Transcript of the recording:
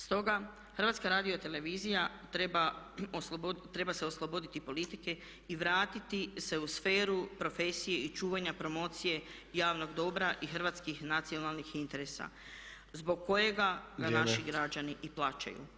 Stoga HRT treba se osloboditi politike i vratiti se u sferu profesije i čuvanja promocije javnog dobra i hrvatskih nacionalnih interesa zbog koje je naši građani i plaćaju.